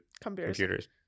computers